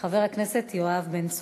מס' 356. חבר הכנסת יואב בן צור.